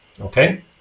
okay